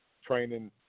training